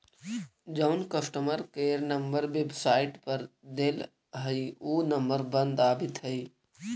जउन customer care number website पर देल हई ऊ नंबर बंद आबित हई